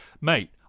mate